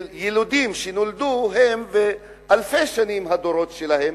ילידים שנולדו, הם ואלפי שנים הדורות שלהם,